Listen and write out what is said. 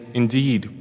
indeed